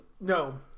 No